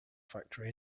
factory